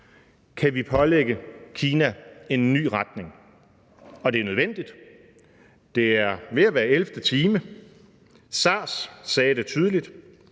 kan pålægge Kina en ny retning. Og det er nødvendigt. Det er ved at være i 11. time. SARS viste det tydeligt,